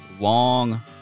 long